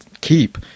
keep